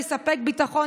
לספק ביטחון,